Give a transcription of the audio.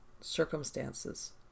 circumstances